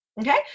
okay